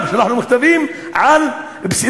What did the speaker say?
פרופסור אירית דינור,